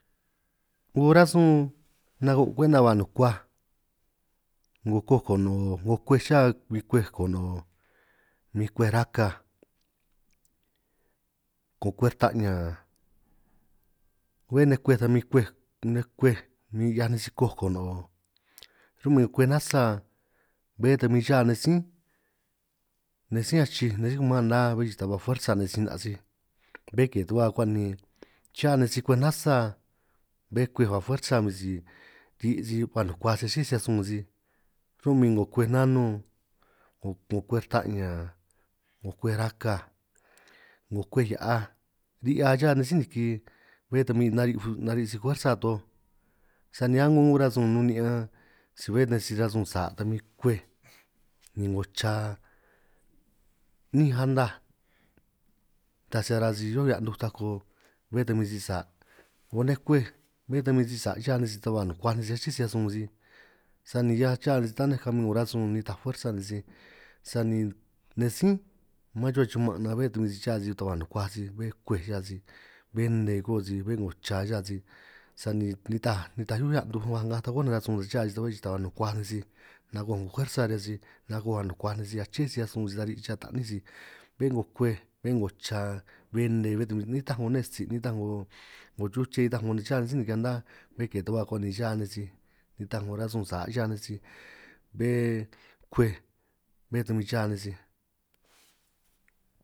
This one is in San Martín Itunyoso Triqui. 'Ngo rasun nago' kwenta ba nukuaj 'ngo koj konoo' 'ngoj kwej cha min kwej konoo', mim kwej rakaj 'ngo kwej rta'ñan bé nej kwej ta min kwej nej kwej min 'hiaj nej sij koj konoo', ro'min kwej nasa bé ta min cha nej sínj nej sínj achij nej sínj kiman na bé chi'i ta ba fuersa nej sij, 'na' sij bé ke ta ba akuan' nin cha nej sij kwej nasa bé kwej ba fuersa min, si ri' sij ba nukuaj sij aché sij 'hiaj sun sij ro'min 'ngo kwej nanu 'ngo 'ngo kwej rta'ñan, 'ngo kwej rakaj 'ngo kwej hia'aj ri'hia cha nej sí niki, bé ta min nari' fuj nari' sij fuersa toj sani a'ngo a'ngo rasun nun ni'ñan si bé nej rasun sa' ta min kwej, ni 'ngo cha 'ní anaj taj si ara sij hió hia'nuj tako bé ta min si sa' 'ngo nej kwej bé ta min si sa' cha nej sij, ta ba nukuaj nej sij aché 'hiaj sun sij sani hiaj cha nej sij taninj kabin 'ngo rasun nitaj fuersa nej sij, sani nej sínj man chuhua chuman nan bé ta min sa cha nej sij ta ba nukuaj sij bé kwej cha sij bé nne ko'o sij, bé 'ngo cha cha sij sani nitaj nitaj hioó hia'nuj ba ngaj takó nej rasun cha sij bé chi'i ta ba nukuaj sij nagoj 'ngo fuersa riñan sij, nago ba nukuaj nej sij aché sij 'hiaj sun sij ta ri' sij cha ta'ní sij, bé 'ngo kwej bé 'ngo cha bé nne bé ta bin nitaj 'ngo nne tsi nitaj 'ngo chuche nitaj 'ngo nunj cha nej sí niki ka na bé ke ta baj akuan nin cha nej sij nitaj 'ngo rasun sa' cha nej sij bé kwej bé ta bin cha nej sij.